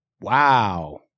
Wow